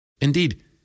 Indeed